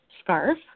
scarf